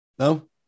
No